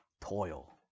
toil